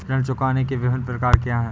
ऋण चुकाने के विभिन्न प्रकार क्या हैं?